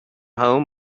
home